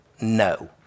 no